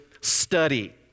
study